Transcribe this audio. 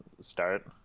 start